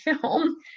film